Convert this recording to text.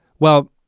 well,